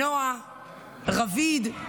נועה, רביד,